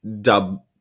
dub